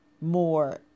more